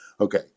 okay